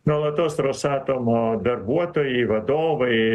nuolatos rosatomo darbuotojai vadovai